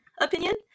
opinion